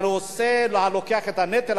הנושא והלוקח את הנטל,